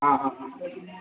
ହଁ ହଁ